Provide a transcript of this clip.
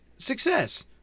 Success